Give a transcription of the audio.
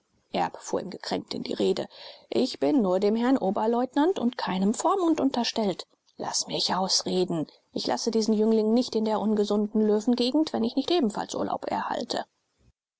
fuhr ihm gekränkt in die rede ich bin nur dem herrn oberleutnant und keinem vormund unterstellt laß mich ausreden ich lasse diesen jüngling nicht in der ungesunden löwengegend wenn ich nicht ebenfalls urlaub erhalte